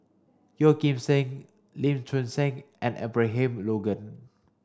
Yeoh Ghim Seng Lee Choon Seng and Abraham Logan